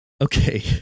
Okay